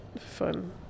fun